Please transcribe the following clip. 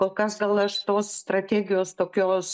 kol kas gal aš tos strategijos tokios